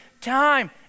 time